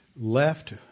left